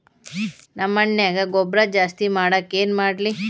ನಮ್ಮ ಮಣ್ಣಿನ್ಯಾಗ ಗೊಬ್ರಾ ಜಾಸ್ತಿ ಮಾಡಾಕ ಏನ್ ಮಾಡ್ಲಿ?